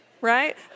right